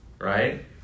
Right